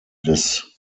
des